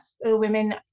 women